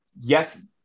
yes